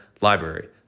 library